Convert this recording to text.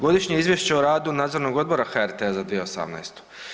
Godišnje izvješće o radu nadzornog odbora HRT-a za 2018.